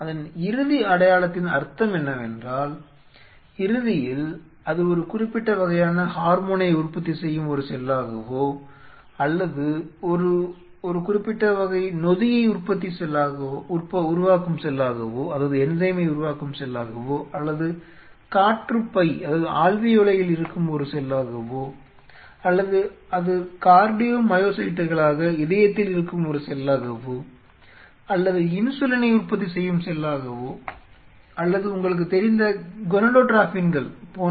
அதன் இறுதி அடையாளத்தின் அர்த்தம் என்னவென்றால் இறுதியில் அது ஒரு குறிப்பிட்ட வகையான ஹார்மோனை உற்பத்தி செய்யும் ஒரு செல்லாகவோ அல்லது அது ஒரு குறிப்பிட்ட வகை நொதியை உருவாக்கும் செல்லாகவோ அல்லது காற்றுப் பையில் alveoli இருக்கும் ஒரு செல்லாகவோ அல்லது அது கார்டியோமையோசைட்டுகளாக இதயத்தில் இருக்கும் ஒரு செல்லாகவோ அல்லது இன்சுலினை உற்பத்தி செய்யும் செல்லாகவோ அல்லது உங்களுக்கு தெரிந்த கோனாடோட்ரோபின்கள் gonadotropins